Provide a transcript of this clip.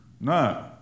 no